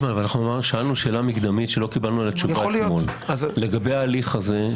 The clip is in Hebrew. שאלנו שאלה מקדמית שלא קיבלנו עליה תשובה אתמול לגבי ההליך הזה.